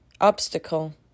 obstacle